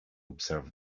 observe